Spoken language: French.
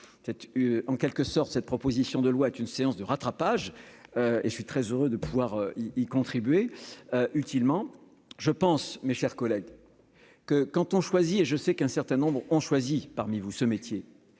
en quelque sorte cette proposition de loi d'une séance de rattrapage et je suis très heureux de pouvoir y contribuer utilement je pense mes chers collègues, que quand on choisit et je sais qu'un certain nombre ont choisi parmi vous ce métier